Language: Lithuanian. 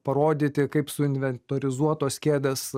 parodyti kaip suinventorizuotos kėdės